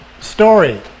story